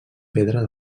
pedra